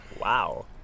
Wow